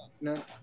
no